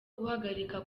guhagarika